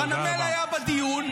חנמאל היה בדיון,